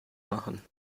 machen